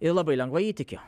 ir labai lengvai įtiki